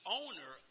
owner